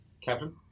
Captain